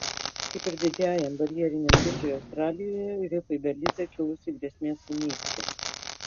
kaip ir didžiajam barjeriniam rifui australijoje rifui belize kilusi grėsmė sunykti